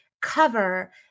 cover